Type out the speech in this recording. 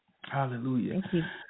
Hallelujah